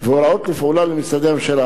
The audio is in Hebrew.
והוראות לפעולה למשרדי הממשלה.